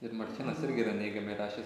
ir martynas irgi yra neigiamai rašęs